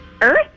Earth